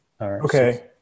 Okay